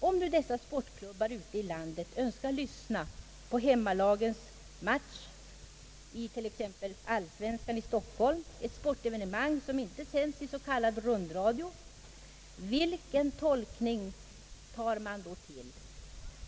Om nu sportklubbar ute i landet önskar lyssna till hemmalagets match i t.ex. allsvenskan i Stockholm — ett sportevenemang som inte sänds i s.k. rundradio, vilken tolkning tar man då till?